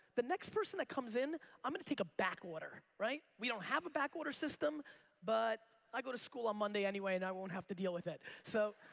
the next person that comes in i'm gonna take a back order. right? we don't have a back order system but i go to school on monday anyway and i won't have to deal with it. so